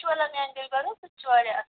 ژٕ وَلا میٛانہِ دِلبَرو سُہ تہِ چھُ واریاہ اَصٕل